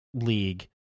League